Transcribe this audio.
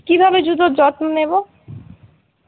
কীভাবে জুতোর যত্ন নেবো